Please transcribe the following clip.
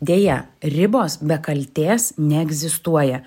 deja ribos be kaltės neegzistuoja